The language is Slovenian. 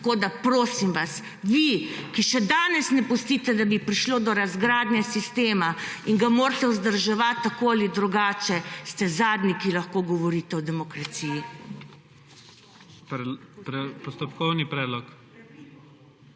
Tako, da prosim vas, vi, ki še danes ne pustite, da bi prišlo do razgradnje sistema in ga morate vzdrževati tako ali drugače, ste zadnji, ki lahko govorite o demokraciji.